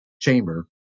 chamber